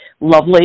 lovely